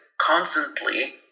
constantly